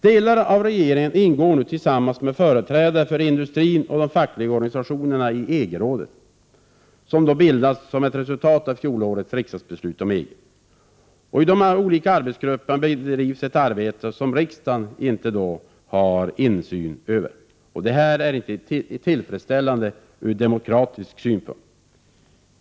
Delar av regeringen ingår nu tillsammans med företrädare för industrin och de fackliga organisationerna i EG-rådet, som har bildats som ett resultat av fjolårets riksdagsbeslut om EG. I de olika arbetsgrupperna bedrivs ett arbete som riksdagen inte har insyn i. Detta är inte tillfredsställande ur demokratisk synpunkt.